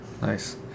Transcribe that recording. nice